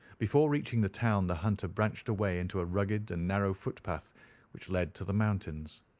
before reaching the town the hunter branched away into a rugged and narrow footpath which led to the mountains.